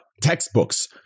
textbooks